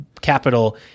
capital